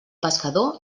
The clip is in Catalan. pescador